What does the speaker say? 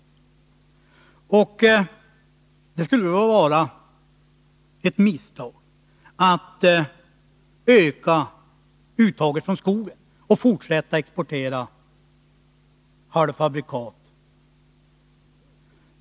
Det skulle då vara ett misstag att öka uttaget från skogen och fortsätta exportera halvfabrikat.